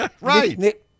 Right